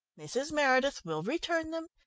mrs. meredith will return them,